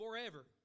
forever